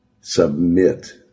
submit